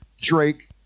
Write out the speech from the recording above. Drake